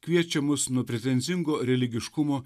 kviečia mus nuo pretenzingo religiškumo